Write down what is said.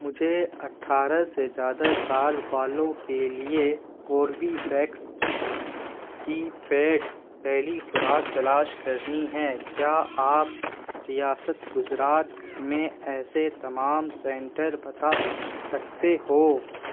مجھے اٹھارہ سے زیادہ سال والوں کے لیے کوربیویکس کی پیڈ پہلی خوراک تلاش کرنی ہے کیا آپ ریاست گجرات میں ایسے تمام سنٹر بتا سکتے ہو